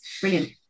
Brilliant